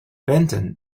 benton